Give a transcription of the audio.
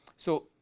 so,